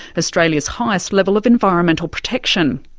australia's highest level of environmental protection.